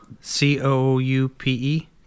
C-O-U-P-E